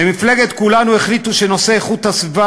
במפלגת כולנו החליטו שנושא איכות הסביבה